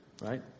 Right